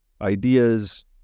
ideas